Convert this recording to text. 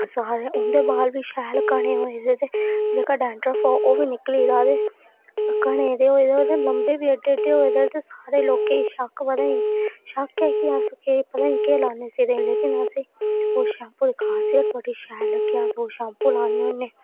उं'दे बाल बी शैल घने होए जेह्की डैंड्रफ ही ओह् बी निकली एह्दा ते घने जेह्ड़े होए गै होए लम्में बी एड्डे एड्डे होए सारे लोकें ई शक शक ऐ कि अस पता निं केह् लान्नियां सिरै च लेकिन असें ओह् शैम्पू दी खासियत बड़ी शैल लगी अस ओह् शैम्पू लान्ने होन्ने